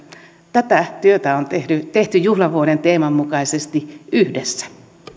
tätä työtä on tehty tehty juhlavuoden teeman mukaisesti yhdessä